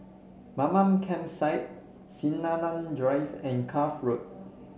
Mamam Campsite Sinaran Drive and Cuff Road